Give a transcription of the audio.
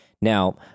Now